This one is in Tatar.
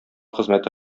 хезмәте